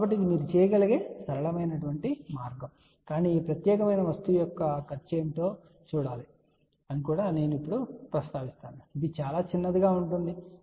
కాబట్టి ఇది మీరు చేయగలిగే సరళమైన మార్గం కానీ ఈ ప్రత్యేకమైన వస్తువు యొక్క ఖర్చు ఏమిటో చూడాలని నేను ఇప్పుడు ప్రస్తావించాలనుకుంటున్నాను ఇది చాలా చిన్నదిగా ఉంటుంది సరే